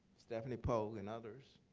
stephanie pogue and others,